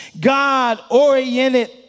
God-oriented